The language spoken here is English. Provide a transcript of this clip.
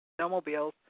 snowmobiles